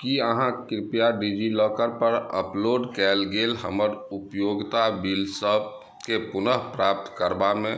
की अहाँ कृपया डिजिलॉकर पर अपलोड कयल गेल हमर उपयोगिता बिलसभकेंँ पुन प्राप्त करबामे